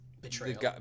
Betrayal